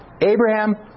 Abraham